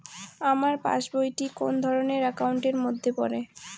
আমার পাশ বই টি কোন ধরণের একাউন্ট এর মধ্যে পড়ে?